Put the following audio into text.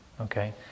okay